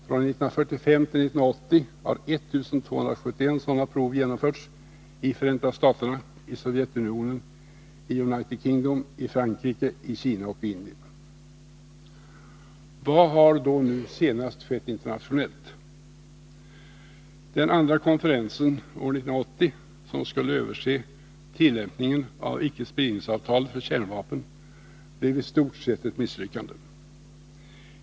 Från 1945 till 1980 har 1 271 sådana prov genomförts i Förenta staterna, Sovjetunionen, United Kingdom, Frankrike, Kina och Indien. Vad har då nu senast skett internationellt? Den andra konferensen år 1980, som skulle se över tillämpningen av icke-spridningsavtalet för kärnvapen, blevistort sett ett misslyckande.